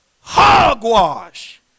Hogwash